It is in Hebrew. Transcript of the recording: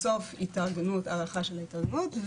בסוף ההארכה של ההתארגנות,